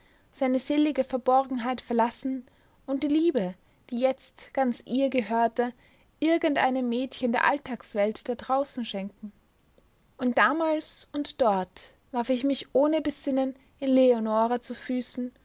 seine selige verborgenheit verlassen und die liebe die jetzt ganz ihr gehörte irgendeinem mädchen der alltagswelt da draußen schenken und damals und dort warf ich mich ohne besinnen eleonora zu füßen